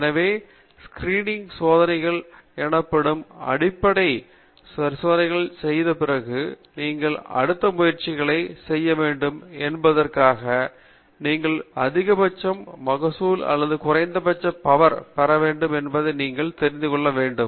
எனவே ஸ்கிரீனிங் சோதனைகள் எனப்படும் அடிப்படை பரிசோதனைகள் செய்த பிறகு நீங்கள் அடுத்த முறை சோதனைகள் செய்ய வேண்டும் என்பதற்காக நீங்கள் அதிகபட்ச மகசூல் அல்லது குறைந்த பவர் பெற வேண்டும் என்பதை நீங்கள் தெரிந்து கொள்ள வேண்டும்